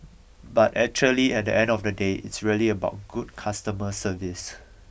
but actually at the end of the day it's really about good customer service